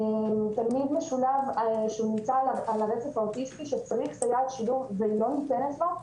תלמיד משולב שנמצא על הרצף האוטיסטי שצריך סייעת שילוב ולא ניתנת לו,